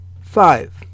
Five